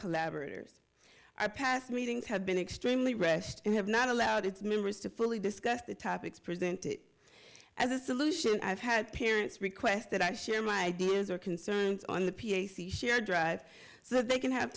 collaborators our past meetings have been extremely rest and have not allowed its members to fully discussed the topics presented as a solution i've had parents request that i share my ideas or concerns on the p a c share drive so they can have